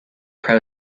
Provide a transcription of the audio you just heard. pro